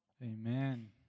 Amen